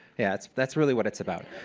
yeah that's that's really what it's about.